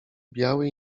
biały